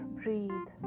breathe